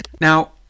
Now